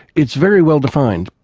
it's very well defined.